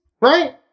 right